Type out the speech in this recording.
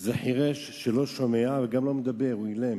זה חירש שלא שומע וגם לא מדבר, הוא אילם,